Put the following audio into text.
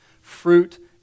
fruit